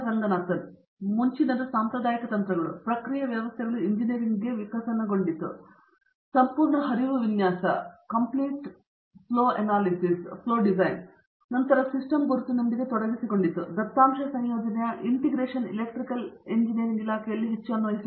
Ranganathan T ಮುಂಚಿನದು ಸಾಂಪ್ರದಾಯಿಕ ತಂತ್ರಗಳು ಪ್ರಕ್ರಿಯೆ ವ್ಯವಸ್ಥೆಗಳು ಎಂಜಿನಿಯರಿಂಗ್ಗೆ ವಿಕಸನಗೊಂಡಿತು ಇದು ಸಂಪೂರ್ಣ ಹರಿವು ವಿನ್ಯಾಸ ಮತ್ತು ನಂತರ ಸಿಸ್ಟಮ್ ಗುರುತಿನೊಂದಿಗೆ ತೊಡಗಿಸಿಕೊಂಡಿತ್ತು ದತ್ತಾಂಶ ಸಂಯೋಜನೆಯ ಇಂಟಿಗ್ರೇಷನ್ ಇಲೆಕ್ಟ್ರಿಕಲ್ ಇಂಜಿನಿಯರಿಂಗ್ ಇಲಾಖೆಯಲ್ಲಿ ಹೆಚ್ಚು ಅನ್ವಯಿಸುತ್ತದೆ